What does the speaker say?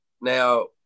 Now